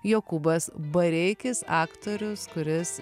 jokūbas bareikis aktorius kuris